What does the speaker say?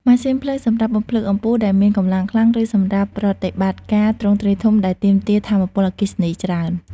ម៉ាស៊ីនភ្លើង សម្រាប់បំភ្លឺអំពូលដែលមានកម្លាំងខ្លាំង ឬសម្រាប់ប្រតិបត្តិការទ្រង់ទ្រាយធំ ដែលទាមទារថាមពលអគ្គិសនីច្រើន។